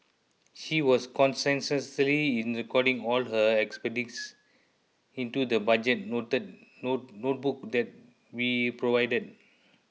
she was conscientiously in recording all her expenditures into the budget noted note notebook that we provided